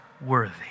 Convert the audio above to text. worthy